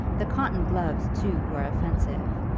the cotton gloves too were offensive,